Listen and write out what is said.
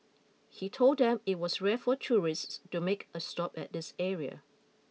he told them it was rare for tourists to make a stop at this area